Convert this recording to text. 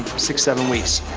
six, seven weeks.